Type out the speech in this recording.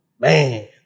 Man